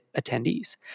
attendees